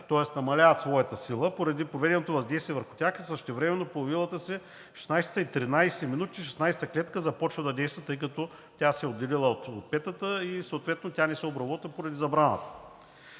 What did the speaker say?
тоест намаляват своята сила поради проведеното въздействие по тях, а същевременно появилата се в 16,13 ч. шестнадесета клетка започва да действа, тъй като тя се е отделила от петата и съответно не се обработва поради забраната.